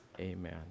Amen